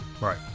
Right